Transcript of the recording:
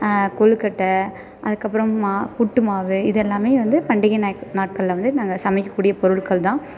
கொழுக்கட்ட அதுக்கப்புறம் புட்டுமாவு இது எல்லாம் வந்து பண்டிகை நாட்களில் வந்து நாங்கள் சமைக்கக்கூடிய பொருட்கள் தான்